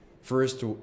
first